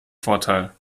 vorteil